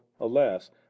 Alas